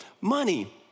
money